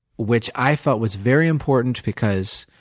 which i felt was very important because,